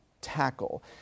tackle